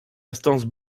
instance